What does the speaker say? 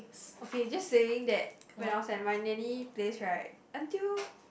okay just saying that when I was at my nanny place right until